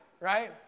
right